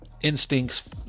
instincts